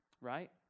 right